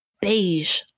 beige